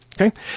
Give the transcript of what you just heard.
Okay